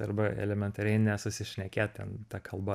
arba elementariai nesusišnekėt ten ta kalba